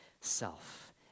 self